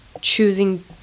choosing